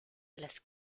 las